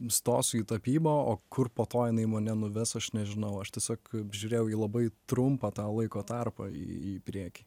stosiu į tapybą o kur po to jinai mane nuves aš nežinau aš tiesiog žiūrėjau į labai trumpą tą laiko tarpą į priekį